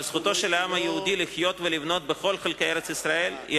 זכותו של העם היהודי לחיות ולבנות בכל חלקי ארץ-ישראל היא